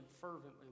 fervently